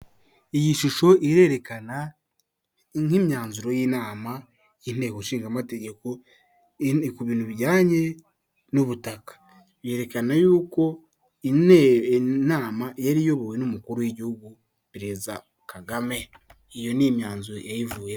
Iyi shusho irerekana nk'imyanzuro y'inama y'inteko ishingamategeko ku bintu bijyanye n'ubutaka yerekana yuko inama yari iyobowe n'umukuru w'igihugu perezida Kagame iyo ni imyanzuro yayivuyemo.